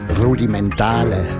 rudimentale